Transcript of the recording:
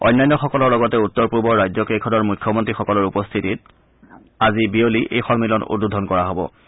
অন্যান্যসকলৰ লগতে উত্তৰ পূবৰ ৰাজ্যকেইখনৰ মুখ্যমন্ত্ৰীসকলৰ উপস্থিতি আজি বিয়লি এই সমিলন উদ্বোধন কৰা হ'ব